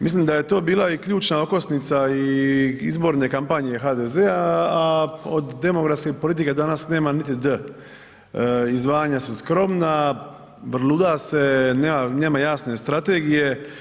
Mislim da je to bila i ključna okosnica i izborne kampanje HDZ-a a od demografske politike danas nema niti D. Izdvajanja su skromna, vrluda se, nema jasne strategije.